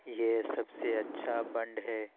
یہ سب سے اچھا بنڈ ہے